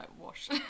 wash